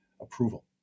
approval